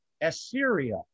Assyria